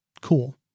cool